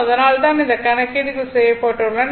இதனால் தான் இந்த கணக்கீடுகள் செய்யப்பட்டுள்ளன